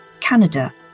Canada